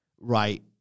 right